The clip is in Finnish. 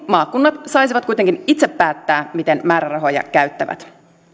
maakunnat saisivat kuitenkin itse päättää miten määrärahoja käyttävät